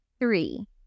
Three